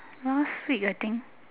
last week I think